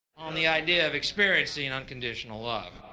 on the idea of experiencing unconditional love.